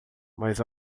mas